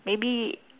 maybe